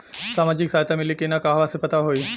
सामाजिक सहायता मिली कि ना कहवा से पता होयी?